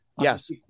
Yes